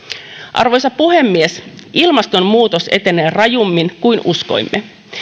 arvoisa puhemies ilmastonmuutos etenee rajummin kuin uskoimme